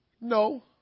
No